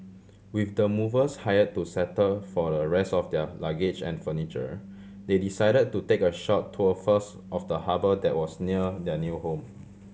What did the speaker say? with the movers hire to settle for the rest of their luggage and furniture they decide to take a short tour first of the harbour that was near their new home